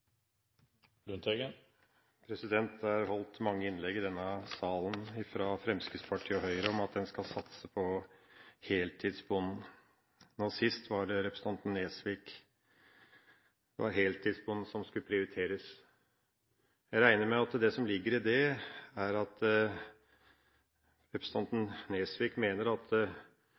Det er holdt mange innlegg av Fremskrittspartiet og Høyre i denne salen om at en skal satse på heltidsbonden. Nå sist var det representanten Nesvik: Heltidsbonden skulle prioriteres. Jeg regner med at det som ligger i det, er at representanten Nesvik mener at